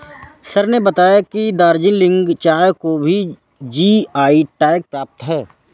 sir ने बताया कि दार्जिलिंग चाय को जी.आई टैग प्राप्त है